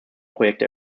projekte